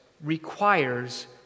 requires